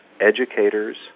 educators